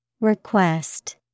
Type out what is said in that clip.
Request